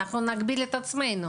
אנחנו נגביל את עצמנו.